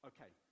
Okay